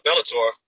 Bellator